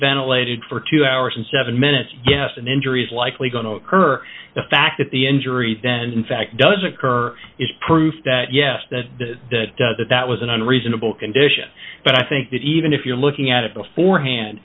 ventilated for two hours and seven minutes yes an injury is likely going to occur the fact that the injury then in fact doesn't her is proof that yes that that that that was an unreasonable condition but i think that even if you're looking at it beforehand